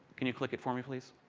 can you click it for me please?